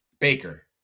Baker